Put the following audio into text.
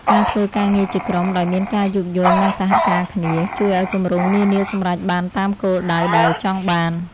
ការធ្វើការងារជាក្រុមដោយមានការយោគយល់និងសហការគ្នា ជួយឱ្យគម្រោងនានាសម្រេចបានតាមគោលដៅដែលចង់បាន។